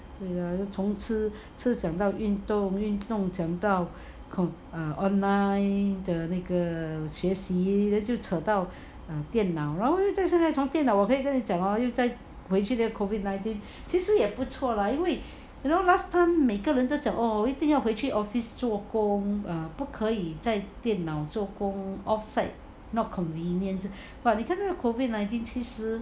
对 lah 从吃吃讲到运动运动讲到 err online 的那个学习 then 就扯到电脑 then 现在从电脑我可以跟你讲到又再回去那个 COVID nineteen 其实也不错 lah 因为 you know last time 人家一直讲我要回去 office 做工不可以在电脑做工 offside not convenient but you 看那个 COVID nineteen 其实